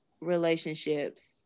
relationships